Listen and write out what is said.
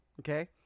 Okay